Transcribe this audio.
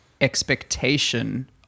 expectation